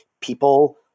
People